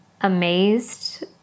amazed